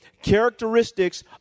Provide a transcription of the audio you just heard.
characteristics